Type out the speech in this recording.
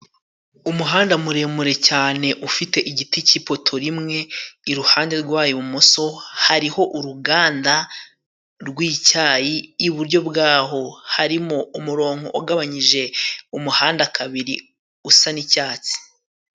Umuhanda muremure cyane ufite igiti cy'ipoto imwe, iruhande rwayo ibumoso hariho uruganda rw'icyayi, iburyo bwaho harimo umurongo ugabanyije umuhanda kabiri usa n'icyatsi.